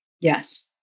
Yes